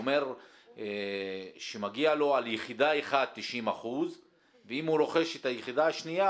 הוא אומר שמגיע לו על יחידה אחת 90% ואם הוא רוכש את היחידה השנייה,